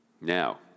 Now